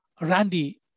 Randy